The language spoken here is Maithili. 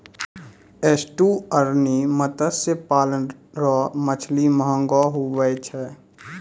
एस्टुअरिन मत्स्य पालन रो मछली महगो हुवै छै